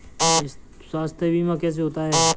स्वास्थ्य बीमा कैसे होता है?